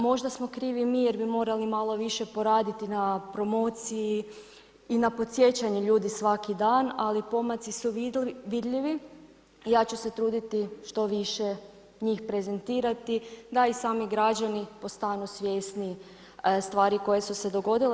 Možda smo krivi mi jer bi morali malo više poraditi na promociji i na podsjećanju ljudi svaki dan ali pomaci su vidljivi i ja ću se truditi što više njih prezentirati da i sami građani postanu svjesni stvari koje su se dogodile.